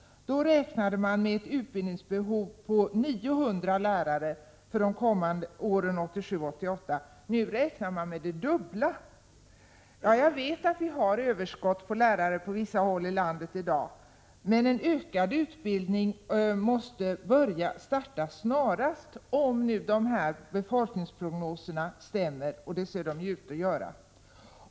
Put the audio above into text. Då räknade man med ett utbildningsbehov på 900 lärare för åren 1987-1988. Nu räknar man med det dubbla. Jag vet att vi har överskott på lärare på vissa håll i landet i dag. Men en ökad utbildning måste starta snarast, om nu prognoserna stämmer — och det ser de ut att göra.